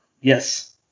yes